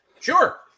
Sure